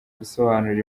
gusobanura